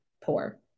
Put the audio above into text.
poor